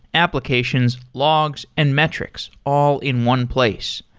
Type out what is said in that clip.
applications, logs and metrics all in one place.